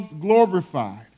glorified